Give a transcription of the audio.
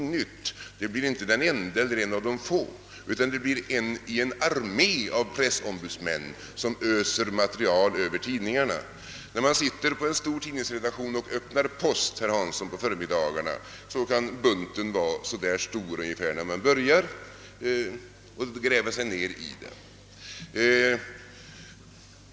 Vederbörande skulle inte bli den enda eller en av de få utan en i en armé av pressombudsmän som öser material över tidningarna. När man sitter på en stor redaktion och öppnar post på förmiddagarna, herr Hansson, så kan bunten vara mycket stor då man börjar gräva sig ned i den.